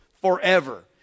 forever